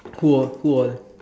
who who all